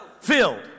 filled